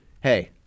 Hey